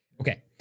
Okay